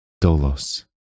Dolos